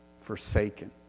forsaken